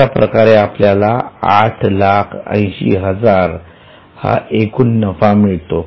अशा प्रकारे आपल्याला आठ लाख 80 हजार हा एकूण नफा मिळतो